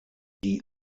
die